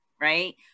right